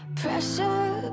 pressure